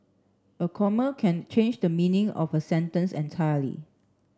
a comma can change the meaning of a sentence entirely